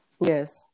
Yes